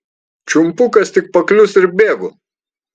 čiumpu kas tik paklius ir bėgu